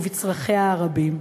ובצרכיה הרבים.